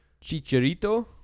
Chicharito